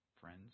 friends